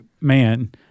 man